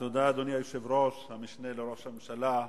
אדוני היושב-ראש, תודה, המשנה לראש הממשלה,